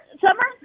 Summer